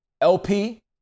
LP